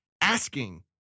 asking